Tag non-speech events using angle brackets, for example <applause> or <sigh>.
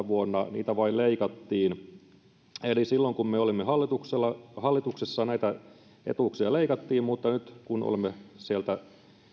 <unintelligible> vuonna kaksituhattaseitsemäntoista niitä vain leikattiin eli silloin kun me olimme hallituksessa hallituksessa näitä etuuksia leikattiin mutta nyt kun olemme sieltä